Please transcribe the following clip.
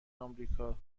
آمریکا